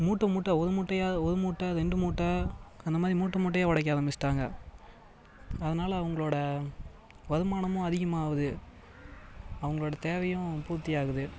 மூட்டை மூட்டை ஒரு மூட்டையா ஒரு மூட்டை ரெண்டு மூட்டை அந்தமாதிரி மூட்டை மூட்டையாக உடைக்க ஆரம்பிச்சுட்டாங்க அதனால் அவர்களோட வருமானமும் அதிகமாகிது அவர்களோட தேவையும் பூர்த்தி ஆகுது